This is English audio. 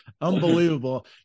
Unbelievable